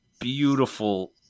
beautiful